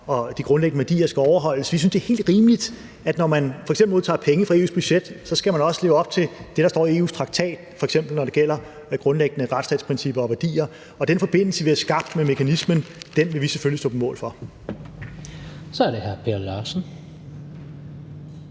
at de grundlæggende værdier skal overholdes. Vi synes, det er helt rimeligt, at når man f.eks. modtager penge fra EU's budget, skal man også leve op til det, der står i EU's traktat, f.eks. når det gælder grundlæggende retsstatsprincipper og værdier. Og den forbindelse, vi har skabt med mekanismen, vil vi selvfølgelig stå på mål for. Kl. 18:51 Tredje